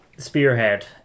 spearhead